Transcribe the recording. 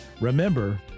remember